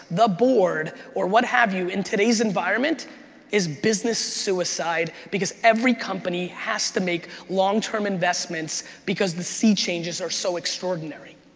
the board, or what have you in today's environment is business suicide because every company has to make long-term investments because the c-changes are so extraordinary.